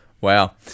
wow